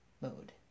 mode